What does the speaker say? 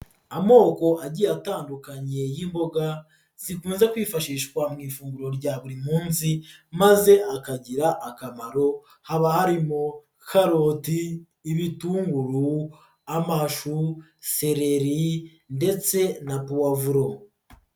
Amoko agiye atandukanye y'imboga zikunze kwifashishwa mu ifunguro rya buri munsi maze akagira akamaro, haba harimo karoti, ibitunguru, amashu, sereri ndetse na puwavuro.